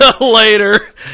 later